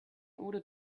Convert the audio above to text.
order